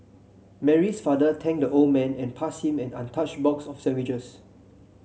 Mary's father thanked the old man and passed him an untouched box of sandwiches